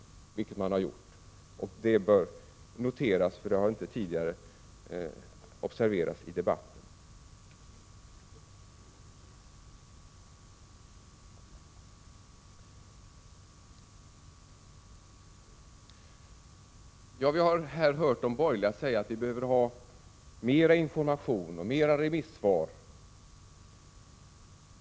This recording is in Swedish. Detta bör noteras, för det har knappast tidigare omnämnts i debatten. De borgerliga säger att vi behöver mer information och fler remissvar.